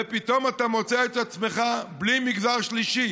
ופתאום אתה מוצא את עצמך בלי מגזר שלישי.